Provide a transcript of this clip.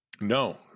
no